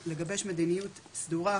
לגבש מדיניות סדורה,